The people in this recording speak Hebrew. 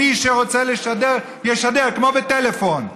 מי שרוצה לשדר, ישדר, כמו בטלפון.